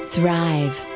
Thrive